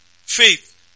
Faith